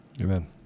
Amen